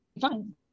fine